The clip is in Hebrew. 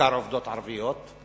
ובעיקר עובדות ערביות,